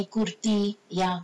any good thing ya